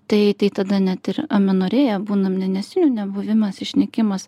tai tai tada net ir amenorėja būna mėnesinių nebuvimas išnykimas